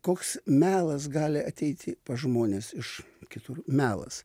koks melas gali ateiti pas žmones iš kitur melas